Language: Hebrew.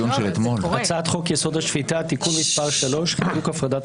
הצעת חוק-יסוד: השפיטה (תיקון מס' 3)(חיזוק הפרדת